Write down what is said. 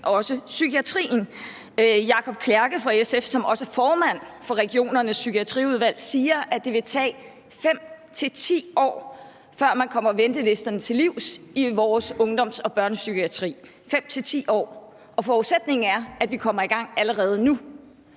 også psykiatrien. Jacob Klærke fra SF, som også er formand for regionerne psykiatriudvalg, siger, at det vil tage 5 til 10 år, før man kommer ventelisterne til livs i vores ungdoms- og børnepsykiatri – 5 til 10 år. Og forudsætningen er, at vi kommer i gang allerede nu.